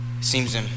seems